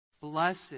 Blessed